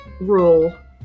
rule